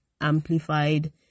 amplified